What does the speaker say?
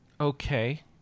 Okay